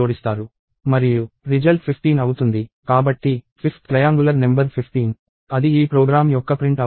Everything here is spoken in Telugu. కాబట్టి 5th ట్రయాంగులర్ నెంబర్ 15 అది ఈ ప్రోగ్రామ్ యొక్క ప్రింట్ అవుట్